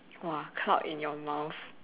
!wah! cloud in your mouth